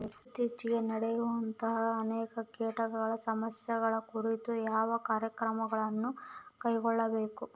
ಇತ್ತೇಚಿಗೆ ನಡೆಯುವಂತಹ ಅನೇಕ ಕೇಟಗಳ ಸಮಸ್ಯೆಗಳ ಕುರಿತು ಯಾವ ಕ್ರಮಗಳನ್ನು ಕೈಗೊಳ್ಳಬೇಕು?